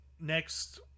next